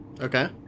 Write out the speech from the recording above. Okay